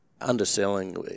underselling